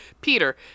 Peter